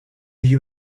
you